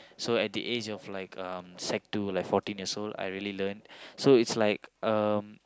so at the age of like um sec two like fourteen years old I already learn so it's like um